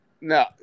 No